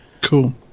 Cool